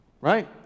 right